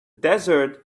desert